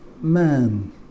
man